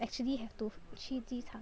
actually have to 去机场